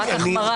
רק החמרה.